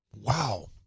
Wow